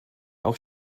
auch